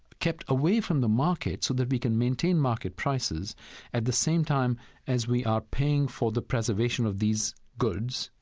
kept away from the market so that we can maintain market prices at the same time as we are paying for the preservation of these goods,